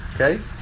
Okay